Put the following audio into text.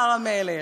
אמר המלך.